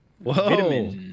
Whoa